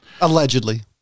Allegedly